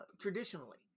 Traditionally